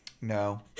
no